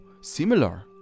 similar